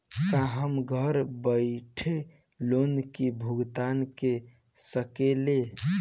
का हम घर बईठे लोन के भुगतान के शकेला?